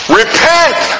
repent